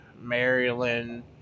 Maryland